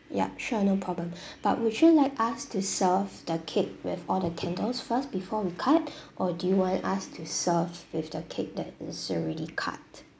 yup sure no problem but would you like us to serve the cake with all the candles first before we cut or do you want us to serve with the cake that is already cut